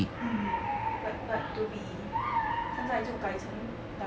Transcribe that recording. um but but to be 现在就改成